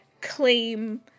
claim